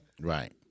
Right